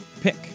Pick